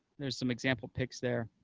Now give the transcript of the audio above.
there's some example pics there.